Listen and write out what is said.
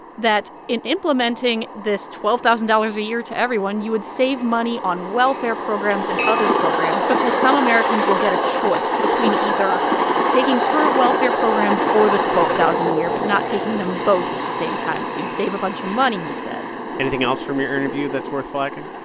that in implementing this twelve thousand dollars a year to everyone, you would save money on welfare programs and other programs because some americans will get a choice between either taking current welfare programs or this twelve thousand dollars a year but not taking them both at the same time. so you'd save a bunch of money, he says anything else from your interview that's worth flagging?